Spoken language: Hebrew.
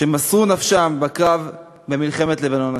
שמסרו נפשם בקרב במלחמת לבנון השנייה,